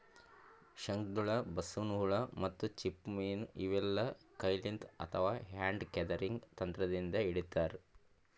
ಶಂಕದ್ಹುಳ, ಬಸವನ್ ಹುಳ ಮತ್ತ್ ಚಿಪ್ಪ ಮೀನ್ ಇವೆಲ್ಲಾ ಕೈಲಿಂತ್ ಅಥವಾ ಹ್ಯಾಂಡ್ ಗ್ಯಾದರಿಂಗ್ ತಂತ್ರದಿಂದ್ ಹಿಡಿತಾರ್